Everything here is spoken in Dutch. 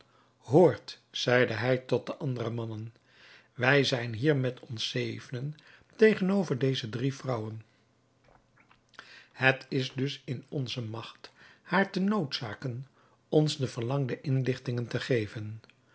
hoort zeide hij tot de andere mannen wij zijn hier met ons zevenen tegenover deze drie vrouwen het is dus in onze magt haar te noodzaken ons de verlangde inlichtingen te geven